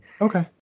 Okay